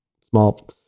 small